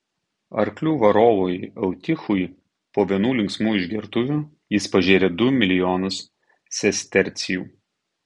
arklių varovui eutichui po vienų linksmų išgertuvių jis pažėrė du milijonus sestercijų